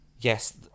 yes